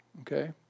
Okay